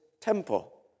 temple